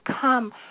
come